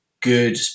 good